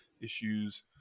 issues